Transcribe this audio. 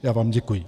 Já vám děkuji.